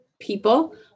people